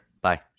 Bye